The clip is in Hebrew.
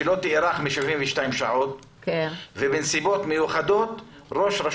התקופה של 72 שעות במקרים מיוחדים.